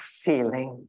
feeling